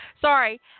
Sorry